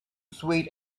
sweet